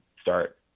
start